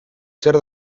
zer